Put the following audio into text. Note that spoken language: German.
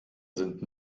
sind